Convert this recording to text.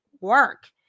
work